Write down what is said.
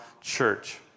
church